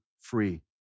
free